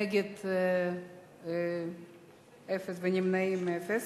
נגד אפס ונמנעים, אפס,